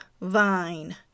vine